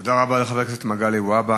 תודה רבה לחבר הכנסת מגלי והבה.